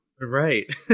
Right